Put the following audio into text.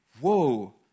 whoa